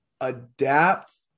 adapt